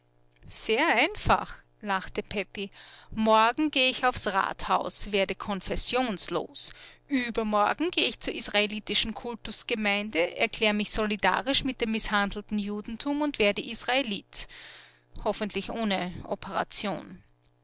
sehr einfach lachte pepi morgen geh ich aufs rathaus werde konfessionslos übermorgen geh ich zur israelitischen kultusgemeinde erkläre mich solidarisch mit dem mißhandelten judentum und werde israelit hoffentlich ohne operation